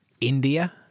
India